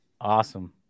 Awesome